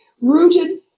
rooted